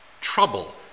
trouble